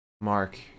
mark